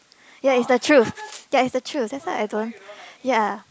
ya it's the truth ya it's the truth that's why I don't ya